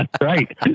right